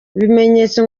ibimenyetso